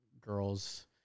girls